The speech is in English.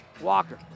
Walker